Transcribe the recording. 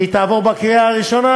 שהיא תעבור בקריאה הראשונה,